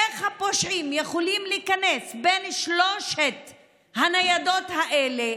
איך הפושעים יכולים להיכנס בין שלוש הניידות האלה,